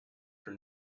for